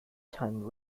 time